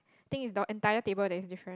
think is the entire table that is different